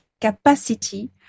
capacity